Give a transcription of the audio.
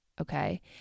Okay